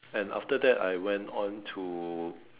and after that I went on to